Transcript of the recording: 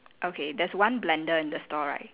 okay there's one blender in the store right